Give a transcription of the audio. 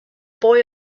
boy